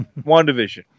WandaVision